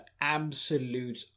absolute